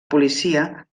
policia